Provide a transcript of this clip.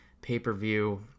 pay-per-view